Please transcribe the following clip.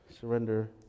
Surrender